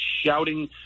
shouting